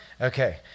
okay